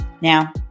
now